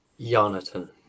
Jonathan